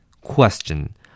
Question